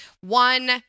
One